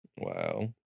Wow